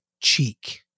cheek